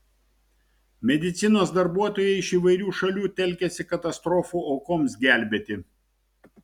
medicinos darbuotojai iš įvairių šalių telkiasi katastrofų aukoms gelbėti